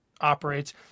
operates